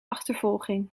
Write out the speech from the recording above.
achtervolging